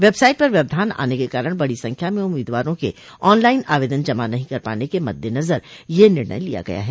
website पर व्यवधान आने के कारण बड़ी संख्या में उम्मीदवारों के ऑनलाइन आवेदन जमा नहीं कर पाने के मददेनज़र यह निर्णय लिया गया है